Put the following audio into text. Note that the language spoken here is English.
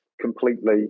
completely